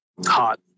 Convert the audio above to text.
Hot